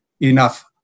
enough